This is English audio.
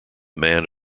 man